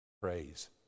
Praise